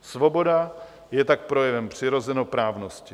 Svoboda je tak projevem přirozenoprávnosti.